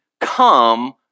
come